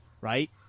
right